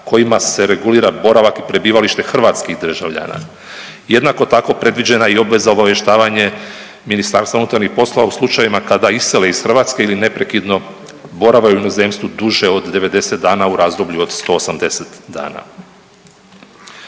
kojima se regulira boravak i prebivalište hrvatskih državljana. Jednako tako predviđena je i obveza obavještavanje Ministarstva unutarnjih poslova u slučajevima kada isele iz Hrvatske ili neprekidno borave u inozemstvu duže od 90 dana u razdoblju od 180 dana.